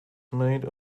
made